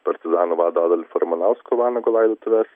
partizanų vado adolfo ramanausko vanago laidotuvės